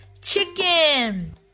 chicken